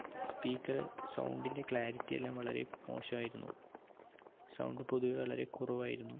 speaker സൗണ്ടിൻ്റെ clarity എല്ലാം വളരെ മോശമായിരുന്നു സൗണ്ട് പൊതുവേ വളരെ കുറവായിരുന്നു